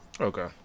okay